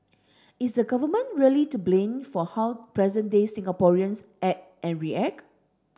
is the Government really to blame for how present day Singaporeans act and react